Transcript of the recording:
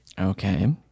Okay